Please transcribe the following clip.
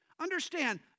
Understand